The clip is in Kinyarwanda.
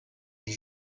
iri